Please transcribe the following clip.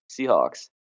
Seahawks